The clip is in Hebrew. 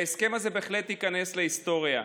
וההסכם הזה בהחלט ייכנס להיסטוריה.